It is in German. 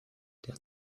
der